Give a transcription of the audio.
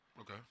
Okay